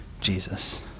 Jesus